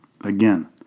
Again